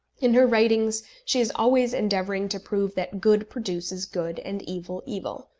in her writings she is always endeavouring to prove that good produces good, and evil evil.